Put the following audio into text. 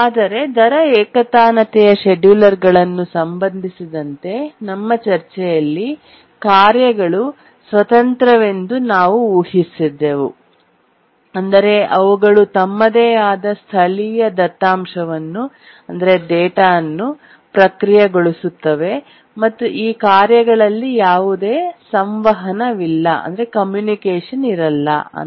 ಆದರೆ ದರ ಏಕತಾನತೆಯ ಷೆಡ್ಯೂಲರ್ ಗಳನ್ನು ಸಂಬಂಧಿಸಿದಂತೆ ನಮ್ಮ ಚರ್ಚೆಯಲ್ಲಿ ಕಾರ್ಯಗಳು ಸ್ವತಂತ್ರವೆಂದು ನಾವು ಊಹಿಸಿದ್ದೆವು ಅಂದರೆ ಅವುಗಳು ತಮ್ಮದೇ ಆದ ಸ್ಥಳೀಯ ದತ್ತಾಂಶವನ್ನು ಡೇಟಾ ಪ್ರಕ್ರಿಯೆಗೊಳಿಸುತ್ತವೆ ಮತ್ತು ಈ ಕಾರ್ಯಗಳಲ್ಲಿ ಯಾವುದೇ ಸಂವಹನವಿಲ್ಲ ಕಮ್ಯುನಿಕೇಷನ್